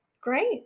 Great